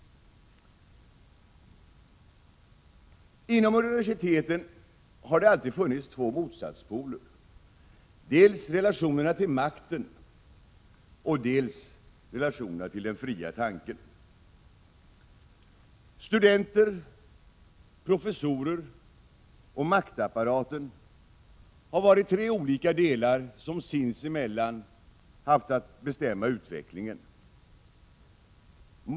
Inom universiteten har det alltid funnits två motsatspoler — dels relationerna till makten, dels relationerna till den fria tanken. Studenterna, professorerna och maktapparaten har varit tre olika delar som sinsemellan haft att bestämma utvecklingen.